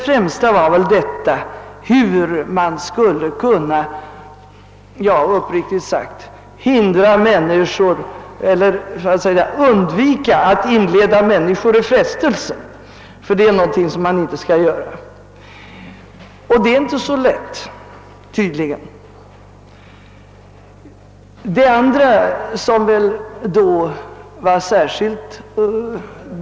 Främst gällde det väl hur man skulle kunna, uppriktigt sagt, undvika att inleda människor i frestelse, ty det är någonting som man inte skall göra och det är tydligen inte heller så lätt att låta bli.